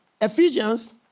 Ephesians